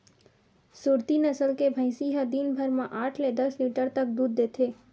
सुरती नसल के भइसी ह दिन भर म आठ ले दस लीटर तक दूद देथे